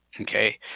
okay